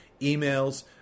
emails